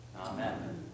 Amen